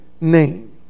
name